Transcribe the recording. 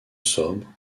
sobre